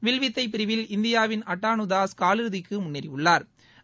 வில்வித்தை பிரிவில் இந்தியாவின் அட்டானுதாஸ் கால் இறுதிக்கு முன்னேறியுள்ளாா்